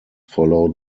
followed